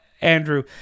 Andrew